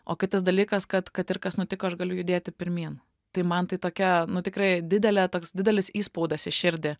o kitas dalykas kad kad ir kas nutiko aš galiu judėti pirmyn tai man tai tokia nu tikrai didelė toks didelis įspaudas į širdį